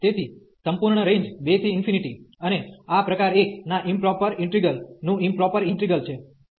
તેથી સંપૂર્ણ રેન્જ 2 થી ∞ અને આ પ્રકાર 1 ના ઇમપ્રોપર ઇન્ટિગ્રલ નું ઇમપ્રોપર ઈન્ટિગ્રલ છે